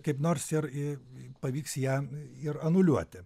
kaip nors ir i pavyks ją ir anuliuoti